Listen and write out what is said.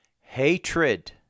hatred